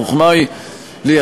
החוכמה היא לייצר,